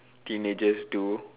teenagers do